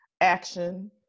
action